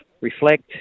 reflect